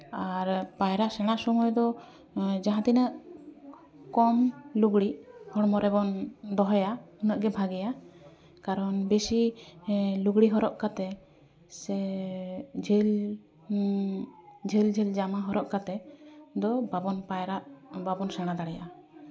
ᱟᱨ ᱯᱟᱭᱨᱟ ᱥᱮᱬᱟ ᱥᱚᱢᱚᱭ ᱫᱚ ᱡᱟᱦᱟᱸ ᱛᱤᱱᱟᱹᱜ ᱠᱚᱢ ᱞᱩᱜᱽᱲᱤᱪ ᱦᱚᱲᱢᱚ ᱨᱮᱵᱚᱱ ᱫᱚᱦᱚᱭᱟ ᱩᱱᱟᱹᱜ ᱜᱮ ᱵᱷᱟᱹᱜᱤᱭᱟ ᱠᱟᱨᱚᱱ ᱵᱮᱥᱤ ᱞᱩᱜᱽᱲᱤ ᱦᱚᱨᱚᱜ ᱠᱟᱛᱮ ᱥᱮ ᱡᱷᱟᱹᱞ ᱡᱷᱟᱹᱞ ᱡᱷᱟᱹᱞ ᱡᱟᱢᱟ ᱦᱚᱨᱚᱜ ᱠᱟᱛᱮ ᱫᱚ ᱵᱟᱵᱚᱱ ᱯᱟᱭᱨᱟᱜ ᱵᱟᱵᱚᱱ ᱥᱮᱬᱟ ᱫᱟᱲᱮᱭᱟᱜᱼᱟ